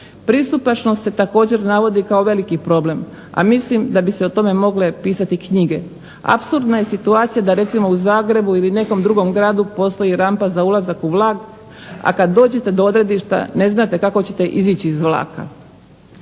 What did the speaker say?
Pristupačnost se također navodi kao veliki problem, a mislim da bi se o tome mogle pisati knjige. Apsurdna je situacija da recimo u Zagrebu ili nekom drugom gradu postoji rampa za ulazak u vlak, a kad dođete do odredišta ne znate kako ćete izići iz vlaka.